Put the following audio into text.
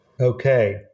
Okay